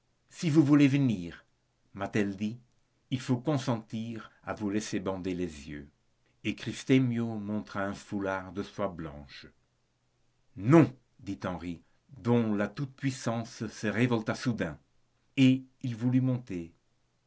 si vous voulez venir m'a-t-elle dit il faut consentir à vous laisser bander les yeux et christemio montra un foulard de soie blanche non dit henri dont la toute-puissance se révolta soudain et il voulut monter